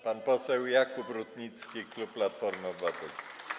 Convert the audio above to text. Pan poseł Jakub Rutnicki, klub Platforma Obywatelska.